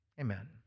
Amen